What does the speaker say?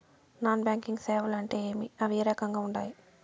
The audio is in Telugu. నాన్ బ్యాంకింగ్ సేవలు అంటే ఏమి అవి ఏ రకంగా ఉండాయి